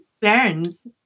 burns